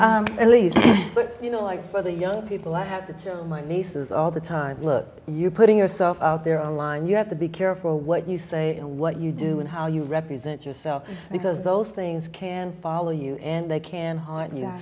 but you know like for the young people i have to tell my nieces all the time look you putting yourself out there on line you have to be careful what you say and what you do and how you represent yourself because those things can follow you and they can h